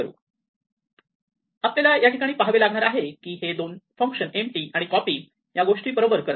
त्या आपल्याला या ठिकाणी पहावे लागणार आहे की हे दोन फंक्शन एम्पटी आणि कॉपी या गोष्टी बरोबर करतात